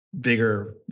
bigger